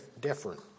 different